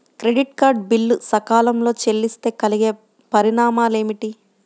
Credit card bill సకాలంలో చెల్లిస్తే కలిగే పరిణామాలేమిటి?